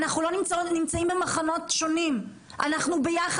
אנחנו לא נמצאים במחנות שונים,